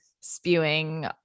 spewing